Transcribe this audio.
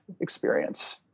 experience